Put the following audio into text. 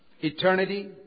Eternity